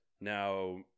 Now